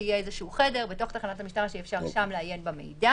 כלומר שיהיה איזשהו חדר בתוך תחנת המשטרה שבו אפשר יהיה לעיין במידע,